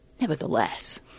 nevertheless –